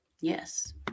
Yes